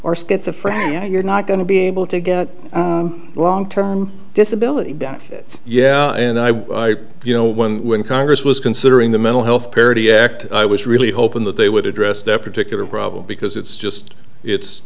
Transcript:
or schizophrenia you're not going to be able to get long term disability benefit yeah and i you know when when congress was considering the mental health parity act i was really hoping that they would address that particular problem because it's just it's